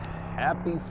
happy